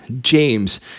James